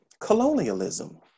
colonialism